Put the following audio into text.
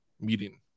meeting